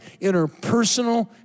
interpersonal